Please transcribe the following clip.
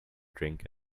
drink